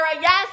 yes